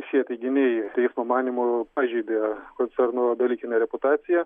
šie teiginiai teismo manymu pažeidė koncerno dalykinę reputaciją